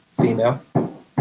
female